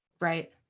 Right